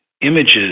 images